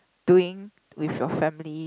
doing with your family